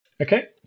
Okay